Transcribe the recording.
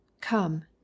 come